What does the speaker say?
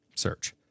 search